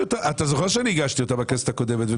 אתה זוכר שאני הגשתי אותה בכנסת הקודמת?